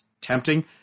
tempting